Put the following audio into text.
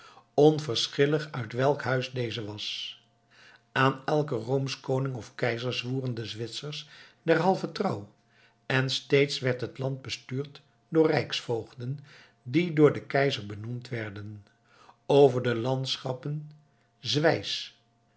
onverschillig uit welk huis deze was aan elken roomsch koning of keizer zwoeren de zwitsers derhalve trouw en steeds werd het land bestuurd door rijksvoogden die door den keizer benoemd werden over de landschappen